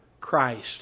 Christ